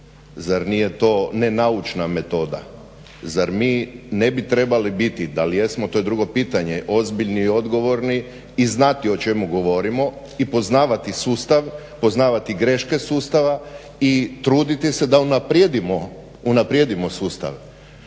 zar nije to nenaučna metoda, zar mi ne bi trebali biti, da li jesmo, to je drugo pitanje ozbiljni i odgovorni, i znati o čemu govorimo i poznavati sustav, poznavati greške sustava i truditi se da unaprijedimo sustav.